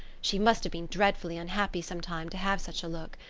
she must have been dreadfully unhappy sometime to have such a look.